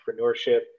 entrepreneurship